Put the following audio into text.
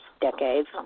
Decades